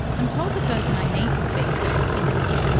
i'm told the person i need to speak to isn't here.